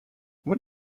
what